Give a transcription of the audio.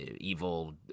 evil